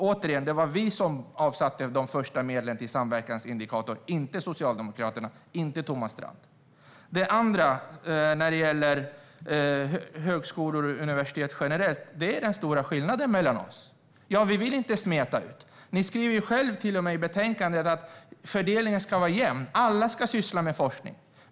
Återigen: Det var vi som avsatte de första medlen till samverkansindikatorn, inte Socialdemokraterna och inte Thomas Strand. När det gäller högskolor och universitet generellt är det den stora skillnaden mellan oss. Vi vill inte smeta ut. Ni skriver till och med själva i betänkandet att fördelningen ska vara jämn. Alla ska syssla med forskning.